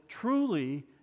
truly